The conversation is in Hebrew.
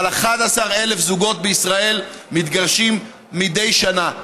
אבל 11,000 זוגות בישראל מתגרשים מדי שנה.